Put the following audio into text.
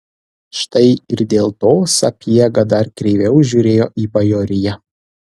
štai ir dėl to sapiega dar kreiviau žiūrėjo į bajoriją